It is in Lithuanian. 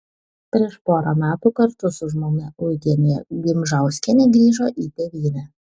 prieš porą metų kartu su žmona eugenija gimžauskiene grįžo į tėvynę